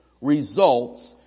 results